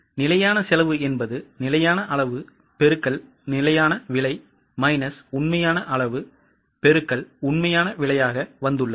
நிலையான செலவு என்பது நிலையான அளவு பெருக்கல் நிலையான விலை மைனஸ் உண்மையான அளவு பெருக்கல் உண்மையான விலையாக வந்துள்ளது